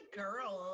girl